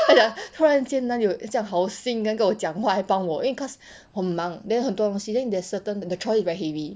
他讲突然间那里有这样好心 then 跟我讲话还帮我因为 cause 很忙 then 很多东西 then there's a certain the trolley very heavy